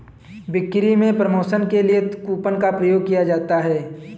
बिक्री में प्रमोशन के लिए कूपन का प्रयोग किया जाता है